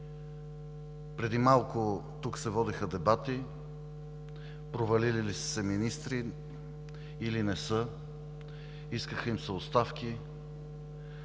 Преди малко тук се водеха дебати провалили ли са се министри, или не са, искаха им се оставки,